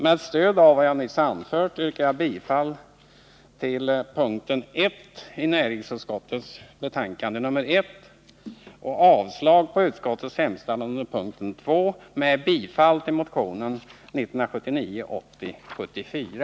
Med stöd av vad jag nyss anfört yrkar jag bifall till utskottets hemställan under punkten 1 i näringsutskottets betänkande 1979 80:74.